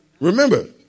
Remember